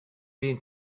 been